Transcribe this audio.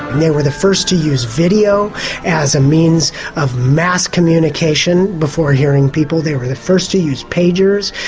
they were the first to use video as a means of mass communication before hearing people. they were the first to use pagers,